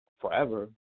forever